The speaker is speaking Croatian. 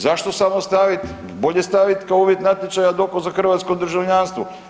Zašto samo stavit, bolje stavit kao uvjet natječaja dokaz za hrvatsko državljanstvo.